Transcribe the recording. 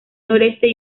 noreste